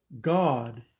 God